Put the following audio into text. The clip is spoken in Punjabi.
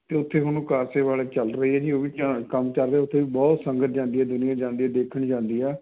ਅਤੇ ਉੱਥੇ ਹੁਣ ਕਾਰ ਸੇਵਾ ਹਲੇ ਚੱਲ ਰਹੀ ਹੈ ਜੀ ਉਹ ਵੀ ਕੰਮ ਚੱਲ ਰਿਹਾ ਉਥੇ ਵੀ ਬਹੁਤ ਸੰਗਤ ਜਾਂਦੀ ਹੈ ਦੁਨੀਆਂ ਜਾਂਦੀ ਦੇਖਣ ਜਾਂਦੀ ਆ